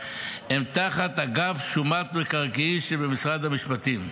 הם תחת אגף שומת מקרקעין שבמשרד המשפטים.